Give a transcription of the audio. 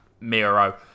Miro